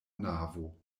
navo